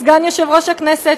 סגן יושב-ראש הכנסת,